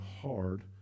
hard